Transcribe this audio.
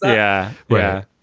yeah, yeah,